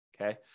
Okay